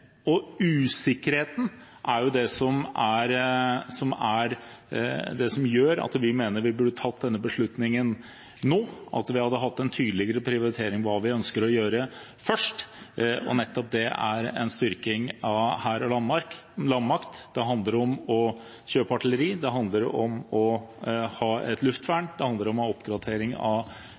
Evenes. Usikkerheten er det som gjør at vi mener vi burde tatt denne beslutningen nå, og at vi hadde hatt en tydeligere prioritering av hva vi ønsker å gjøre først. Nettopp det er en styrking av hær og landmakt. Det handler om å kjøpe artilleri, det handler om å ha et luftvern, det handler om oppgradering av panservåpen, i tillegg til at vi trenger å ha